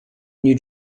new